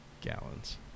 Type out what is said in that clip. gallons